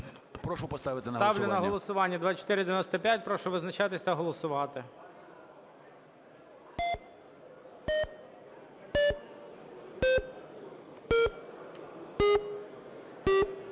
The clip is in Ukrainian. Прошу поставити на голосування.